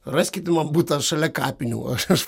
raskit butą šalia kapinių aš